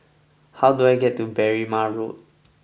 how do I get to Berrima Road